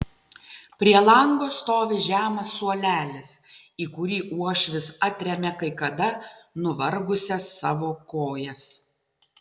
prie lango stovi žemas suolelis į kurį uošvis atremia kai kada nuvargusias savo kojas